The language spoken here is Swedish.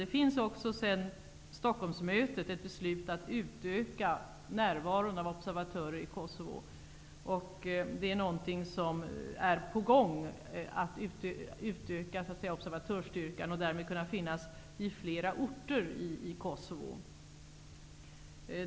Det finns också sedan Stockholmsmötet ett beslut om att utöka närvaron av observatörer i Kosovo. Det är på gång att utöka observatörsstyrkan, så att man därmed kan finnas på flera orter i Kosovo.